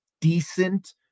decent